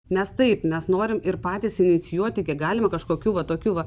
mes taip mes norim ir patys inicijuoti kiek galime kažkokių va tokių va